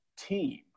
team